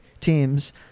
teams